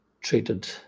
treated